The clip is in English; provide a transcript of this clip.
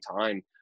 time